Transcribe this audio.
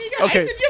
Okay